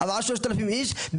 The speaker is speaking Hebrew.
אבל עד 3,000 איש,